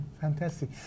Fantastic